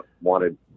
wanted